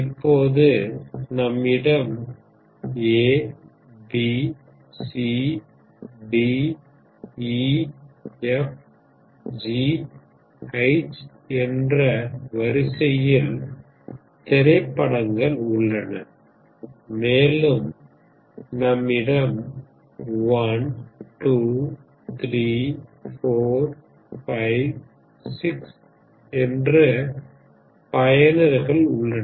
இப்போது நம்மிடம் A B C D E F G H என்ற வரிசையில் திரைப்படங்கள் உள்ளன மேலும் நம்மிடம் 1 2 3 4 5 6 பயனர்கள் உள்ளனர்